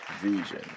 Vision